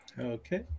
okay